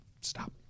stop